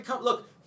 Look